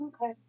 Okay